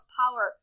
power